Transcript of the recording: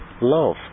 love